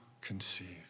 conceive